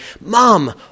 Mom